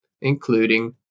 including